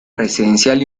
residencial